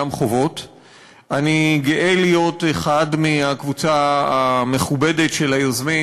אני חושב שזה חוק מצוין.